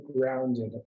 grounded